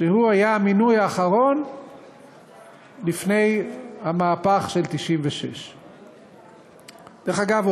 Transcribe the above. שהוא היה המינוי האחרון לפני המהפך של 1996. דרך אגב,